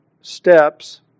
steps